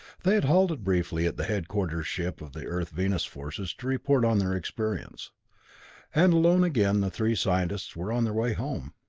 they had halted briefly at the headquarters ship of the earth-venus forces to report on their experience and alone again, the three scientists were on their way home.